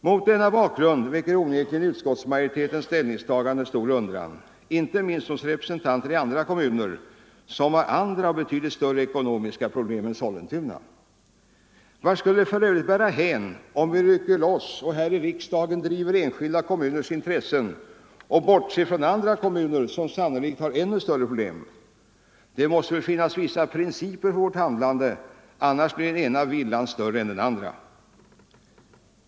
Mot denna bakgrund väcker onekligen utskottsmajoritetens ställningstagande stor undran — inte minst hos representanter för andra kommuner som har andra och betydligt större ekonomiska problem än Sollentuna. Vart bär det för övrigt hän om vi rycker loss och i riksdagen driver enskilda kommuners intressen och bortser från andra kommuner som sannolikt har ännu större problem? Det måste finnas vissa principer för vårt handlande, annars blir den ena villan värre än den andra.